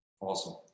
Awesome